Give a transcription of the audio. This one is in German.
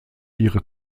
ihre